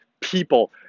people